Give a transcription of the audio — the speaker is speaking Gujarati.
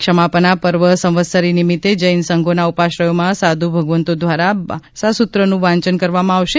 ક્ષમાપના પર્વ સંવત્સરી નિમિત્તે જૈન સંઘોના ઉપાશ્રયોમાં સાધુ ભગવંતો દ્વારા બારસાસૂત્રનું વાચન કરવામાં આવશે